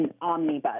omnibus